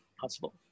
possible